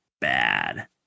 bad